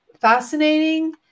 fascinating